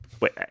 Wait